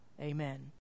amen